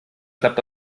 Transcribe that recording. klappt